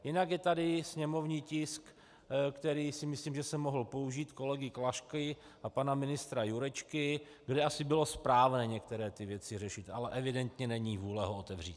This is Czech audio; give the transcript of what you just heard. Jinak je tady sněmovní tisk, o kterém si myslím, že se mohl použít, kolegy Klašky a pana ministra Jurečky, protože asi by bylo správné některé ty věci řešit, ale evidentně není vůle ho otevřít.